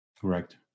Correct